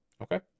Okay